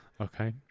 Okay